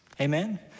amen